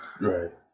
Right